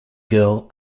girl